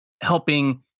helping